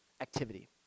activity